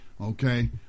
Okay